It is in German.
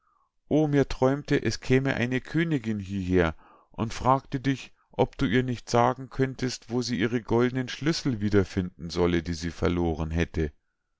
o mir träumte es käme eine königinn hieher die fragte dich ob du ihr nicht sagen könntest wo sie ihre goldnen schlüssel wiederfinden solle die sie verloren hätte